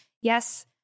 yes